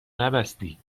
نبستی